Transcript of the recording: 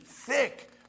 Thick